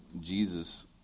Jesus